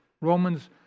Romans